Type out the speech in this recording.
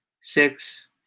six